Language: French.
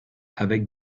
avec